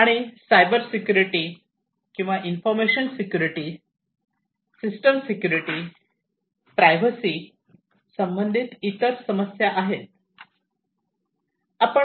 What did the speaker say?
आणि cyber security किंवा information security system security privacy संबंधित इतर समस्या आहे